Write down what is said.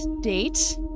date